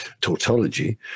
tautology